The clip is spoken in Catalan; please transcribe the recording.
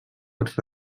arcs